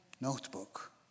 notebook